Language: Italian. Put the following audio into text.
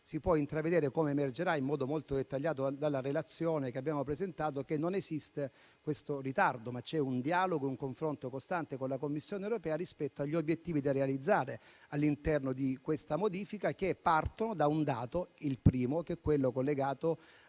si può intravedere, come emergerà in modo molto dettagliato dalla relazione che abbiamo presentato, che non esiste un ritardo, ma ci sono un dialogo e un confronto costanti con la Commissione europea rispetto agli obiettivi da realizzare all'interno di questa modifica. Tali obiettivi partono da un dato, il primo, che è collegato